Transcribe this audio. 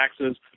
taxes